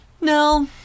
No